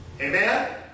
Amen